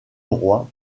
roi